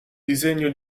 disegno